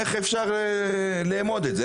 איך אפשר לאמוד את זה?